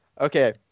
Okay